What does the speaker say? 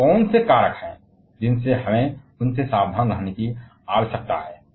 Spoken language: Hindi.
और ऐसे कौन से कारक हैं जिनसे हमें सावधान रहना चाहिए